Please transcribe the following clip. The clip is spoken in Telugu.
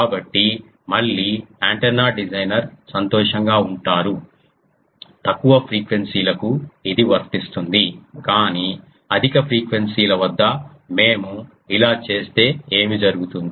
కాబట్టి మళ్ళీ యాంటెన్నా డిజైనర్ సంతోషంగా ఉంటారు తక్కువ ఫ్రీక్వెన్సీ లకు ఇది వర్తిస్తుంది కానీ అధిక ఫ్రీక్వెన్సీ ల వద్ద మేము ఇలా చేస్తే ఏమి జరుగుతుంది